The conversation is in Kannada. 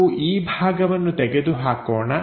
ನಾವು ಈ ಭಾಗವನ್ನು ತೆಗೆದುಹಾಕೋಣ